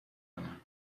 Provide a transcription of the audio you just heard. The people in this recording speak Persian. کنم